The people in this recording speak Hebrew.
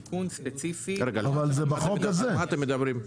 רגע, על מה אתם מדברים?